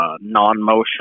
non-motion